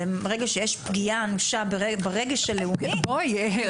ברגע שיש פגיעה אנושה ברגש הלאומי -- בואי,